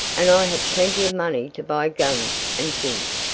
and i have plenty of money to buy guns and things.